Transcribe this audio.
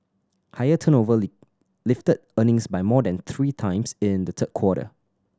higher turnover lifted earnings by more than three times in the third quarter